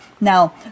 Now